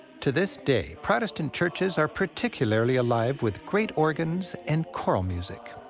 to this day, protestant churches are particularly alive with great organs and choral music.